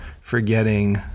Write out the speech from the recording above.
forgetting